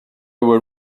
were